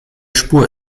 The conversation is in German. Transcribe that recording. spur